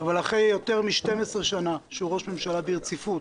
אבל אחרי יותר מ-12 שנה שהוא ראש ממשלה ברציפות